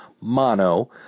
mono